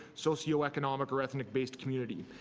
socio economic or ethnic based community.